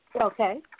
Okay